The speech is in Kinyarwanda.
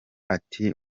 ati